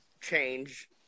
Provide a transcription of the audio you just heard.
change